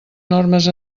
normes